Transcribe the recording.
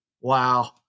wow